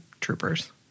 Troopers